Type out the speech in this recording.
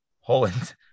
Holland